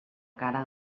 cara